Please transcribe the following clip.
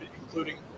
including